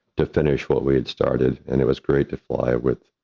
to finish what we had started, and it was great to fly with,